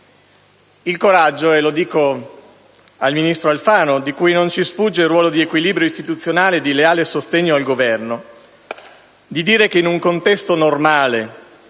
Il coraggio - e mi rivolgo al ministro Alfano di cui non ci sfugge il ruolo di equilibrio istituzionale e di leale sostegno al Governo - di dire che in un contesto normale,